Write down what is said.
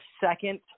second